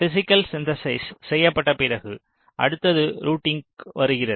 physical synthesis செய்யப்பட்ட பிறகு அடுத்தது ரூட்டிங் வருகிறது